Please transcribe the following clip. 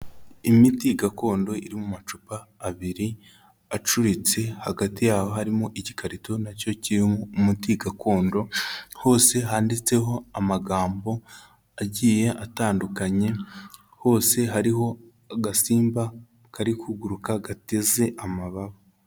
Imiti gakondo iri mu macupa abiri acuritse hagati yabo harimo igikarito nacyo kiri umuti gakondo, hose handitseho amagambo agiye atandukanye, hose hariho agasimba kari kuguruka gateze amababa.